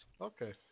Okay